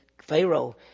Pharaoh